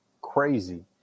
crazy